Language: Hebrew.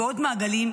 ועוד מעגלים,